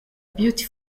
beauty